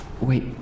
Wait